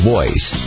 Voice